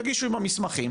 יגישו את המסמכים,